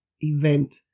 event